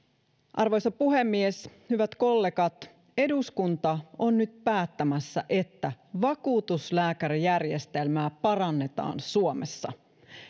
arvoisa puhemies hyvät kollegat eduskunta on nyt päättämässä että vakuutuslääkärijärjestelmää parannetaan suomessa